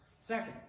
Second